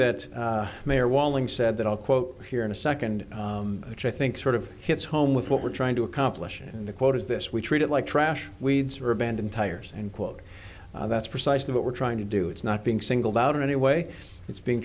that mayor walling said that i'll quote here in a second which i think sort of hits home with what we're trying to accomplish in the quote is this we treat it like trash weeds are abandoned tires and quote that's precisely what we're trying to do it's not being singled out in any way it's being